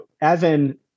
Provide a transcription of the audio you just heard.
Evan